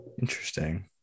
interesting